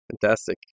Fantastic